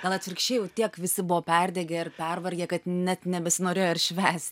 gal atvirkščiai jau tiek visi buvo perdegę ir pervargę kad net nebesinorėjo ir švęs